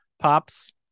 Pops